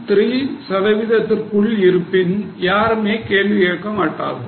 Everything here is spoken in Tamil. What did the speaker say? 3 சதவீதத்திற்குள் இருப்பின் யாருமே கேள்வி கேட்க மாட்டார்கள்